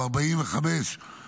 על 45 מטר,